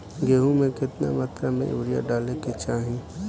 गेहूँ में केतना मात्रा में यूरिया डाले के चाही?